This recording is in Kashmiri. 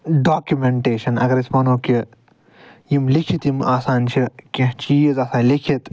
ڈاکٮ۪ومٮ۪نٹٮ۪شن اگر أسۍ ونو کہِ یِم لٮ۪کِتھ یِم آسان چھِ کینٛہہ چیٖز آسان لٮ۪کِتھ